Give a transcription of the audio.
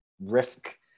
risk